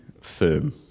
firm